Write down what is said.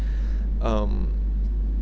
um